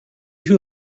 who